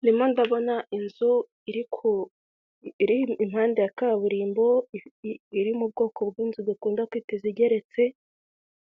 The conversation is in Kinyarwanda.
Ndimo ndabona inzu iri kuri impande ya kaburimbo, iri mu bwoko bw'inzu dukunda kwita izigeretse